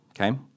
okay